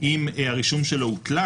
הרישום שלו הותלה,